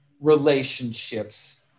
relationships